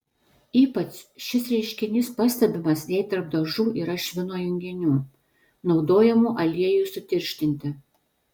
ypač šis reiškinys pastebimas jei tarp dažų yra švino junginių naudojamų aliejui sutirštinti